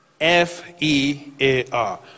F-E-A-R